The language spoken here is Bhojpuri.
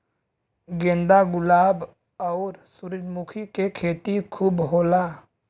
गेंदा गुलाब आउर सूरजमुखी के खेती खूब होला